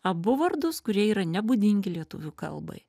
abu vardus kurie yra nebūdingi lietuvių kalbai